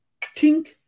tink